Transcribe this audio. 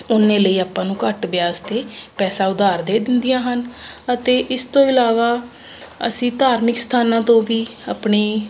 ਓਨੇ ਲਈ ਆਪਾਂ ਨੂੰ ਘੱਟ ਵਿਆਜ 'ਤੇ ਪੈਸਾ ਉਧਾਰ ਦੇ ਦਿੰਦੀਆਂ ਹਨ ਅਤੇ ਇਸ ਤੋਂ ਇਲਾਵਾ ਅਸੀਂ ਧਾਰਮਿਕ ਅਸਥਾਨਾਂ ਤੋਂ ਵੀ ਆਪਣੀ